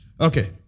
okay